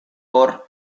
por